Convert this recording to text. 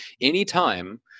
anytime